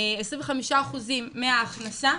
עשרים וחמישה אחוזים מהכנסה,